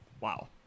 Wow